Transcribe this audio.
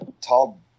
Tall